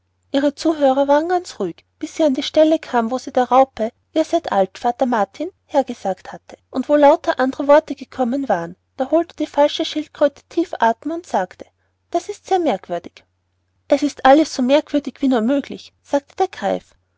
ihre zuhörer waren ganz ruhig bis sie an die stelle kam wo sie der raupe ihr seid alt vater martin hergesagt hatte und wo lauter andere worte gekommen waren da holte die falsche schildkröte tief athem und sagte das ist sehr merkwürdig es ist alles so merkwürdig wie nur möglich sagte der greif